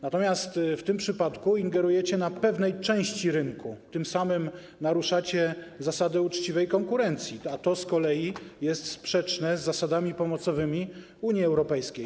Natomiast w tym przypadku ingerujecie na pewnej części rynku, tym samym naruszacie zasady uczciwej konkurencji, a to z kolei jest sprzeczne z zasadami pomocowymi Unii Europejskiej.